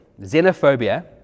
Xenophobia